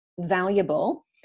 valuable